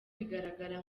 bigaragara